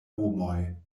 homoj